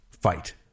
Fight